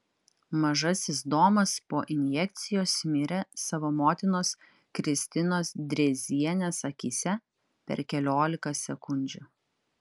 mažasis domas po injekcijos mirė savo motinos kristinos drėzienės akyse per keliolika sekundžių